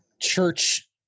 church